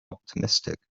optimistic